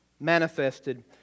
manifested